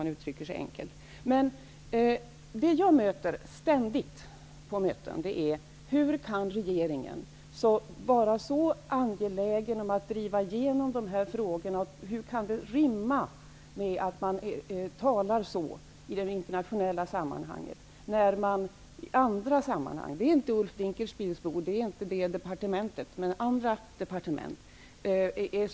Men det som jag ständigt konfronteras med på möten är följande fråga: Hur kan det förhållandet att regeringen är så angelägen om att driva igenom dessa frågor i det internationella sammanhanget rimma med att man i andra sammanhang är så tydlig när det gäller att försvaga arbetsrätten i dag?